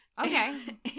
Okay